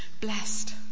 Blessed